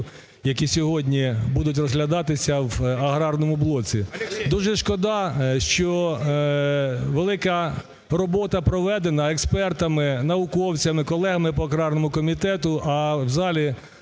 які сьогодні будуть розглядатися в аграрному блоці. Дуже шкода, що велика робота проведена експертами, науковцями, колегами по аграрному комітету, а в залі